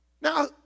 Now